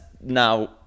now